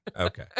Okay